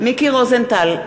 מיקי רוזנטל,